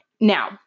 Now